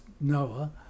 Noah